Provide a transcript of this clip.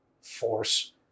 force